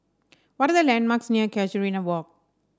what are the landmarks near Casuarina Walk